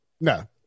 No